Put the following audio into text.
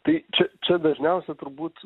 tai čia čia dažniausia turbūt